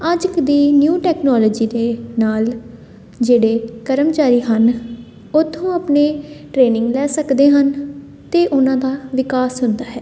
ਅੱਜ ਕ ਦੀ ਨਿਊ ਟੈਕਨੋਲੋਜੀ ਦੇ ਨਾਲ ਜਿਹੜੇ ਕਰਮਚਾਰੀ ਹਨ ਉੱਥੋਂ ਆਪਣੇ ਟ੍ਰੇਨਿੰਗ ਲੈ ਸਕਦੇ ਹਨ ਅਤੇ ਉਹਨਾਂ ਦਾ ਵਿਕਾਸ ਹੁੰਦਾ ਹੈ